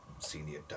senior